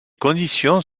conditions